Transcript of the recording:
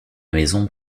maison